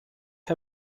her